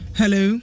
hello